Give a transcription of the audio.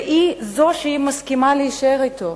ושהיא מסכימה להישאר אתו.